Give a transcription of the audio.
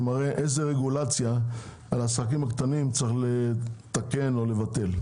אודות רגולציות לעסקים קטנים שיש לתקן או לבטל.